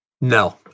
No